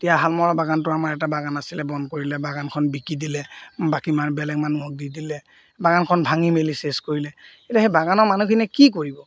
এতিয়া হালমৰ বাগানটো আমাৰ এটা বাগান আছিলে বন্ধ কৰিলে বাগানখন বিকি দিলে বাকী মা বেলেগ মানুহক দি দিলে বাগানখন ভাঙি মেলি চেছ কৰিলে এতিয়া সেই বাগানৰ মানুহখিনিয়ে কি কৰিব